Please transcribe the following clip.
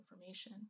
information